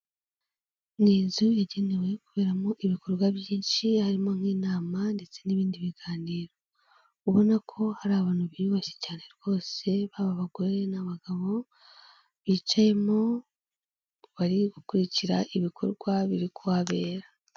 Ni inzu yagenewe kuberamo ibikorwa byinshi harimo nk'inama ndetse n'ibindi biganiro, ubona ko hari abantu biyubashye cyane rwose baba bagore n'abagabo bicayemo bari gukurikira ibikorwa biri kuhabera.